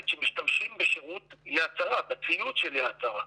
שמשתמשים בשרות "יד שרה" בציוד של "יד שרה".